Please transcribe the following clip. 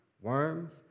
worms